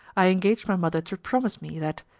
i engaged my mother to promise me, that,